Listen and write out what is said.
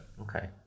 Okay